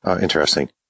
Interesting